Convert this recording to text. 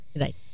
right